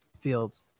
Fields